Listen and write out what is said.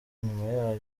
nyuma